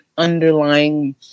underlying